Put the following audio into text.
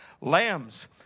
Lambs